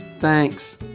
Thanks